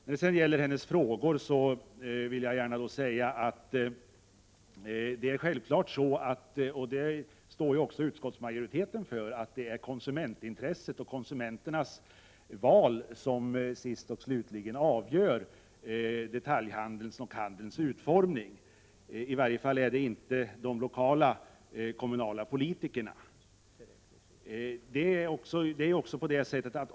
När det sedan gäller Gudrun Norbergs frågor är det självklart, och det står också utskottsmajoriteten för, att det är konsumentintresset och konsumenternas val som sist och slutligen avgör detaljhandelns och handelns utformning. Det är i varje fall inte de lokala kommunalpolitikerna som avgör detta.